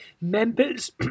members